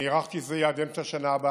אני הערכתי שזה יהיה עד אמצע השנה הבאה,